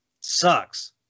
Sucks